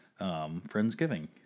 Friendsgiving